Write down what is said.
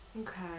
Okay